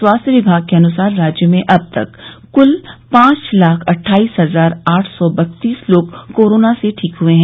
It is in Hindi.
स्वास्थ्य विभाग के अनुसार राज्य में अब तक कूल पांच लाख अट्ठाईस हजार आठ सौ बत्तीस लोग कोरोना से ठीक हुए है